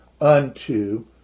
unto